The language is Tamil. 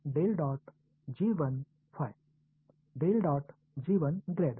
del dot g 1 grade